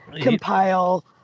compile